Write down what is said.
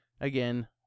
again